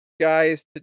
guys